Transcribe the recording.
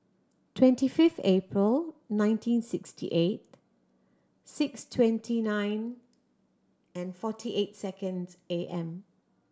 twenty fifth April nineteen sixty eight six twenty nine and forty eight seconds A M